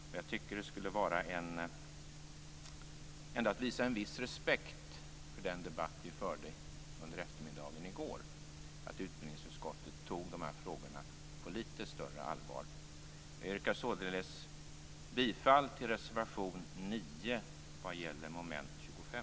Jag tycker ändå att det skulle vara att visa en viss respekt för den debatt som vi förde under eftermiddagen i går att utbildningsutskottet tog de här frågorna på litet större allvar. Jag yrkar således bifall till reservation 9 under mom. 25.